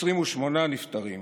28 נפטרים,